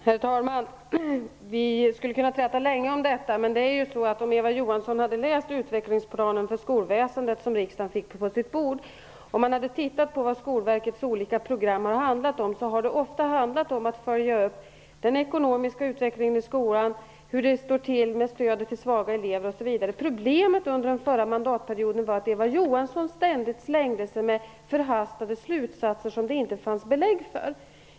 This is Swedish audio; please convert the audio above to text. Herr talman! Vi skulle kunna träta länge om detta. Eva Johansson kunde ha läst den utvecklingsplan för skolväsendet som riksdagen fick på sitt bord. Om hon hade tittat på Skolverkets olika program hade hon funnit att de ofta har handlat om en uppföljning av den ekonomiska utvecklingen i skolan, av hur det står till med stödet till svaga elever osv. Problemet under den förra mandatperioden var att Eva Johansson ständigt drog förhastade slutsatser som det inte fanns belägg för.